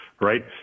right